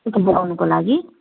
pickup गर्नुको लागि